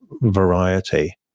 variety